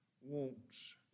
wants